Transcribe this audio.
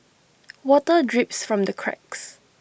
water drips from the cracks